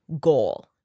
goal